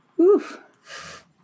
Oof